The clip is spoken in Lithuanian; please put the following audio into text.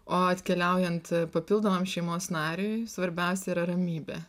o atkeliaujant papildomam šeimos nariui svarbiausia yra ramybė